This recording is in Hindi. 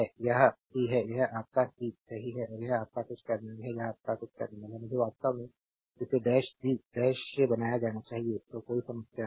यह सी है यह आपका सी सही है और यह आपका कुछ टर्मिनल है यह आपका कुछ टर्मिनल है मुझे वास्तव में इसे डैश बी डैश बनाया जाना चाहिए तो कोई समस्या नहीं है